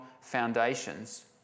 foundations